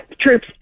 Troops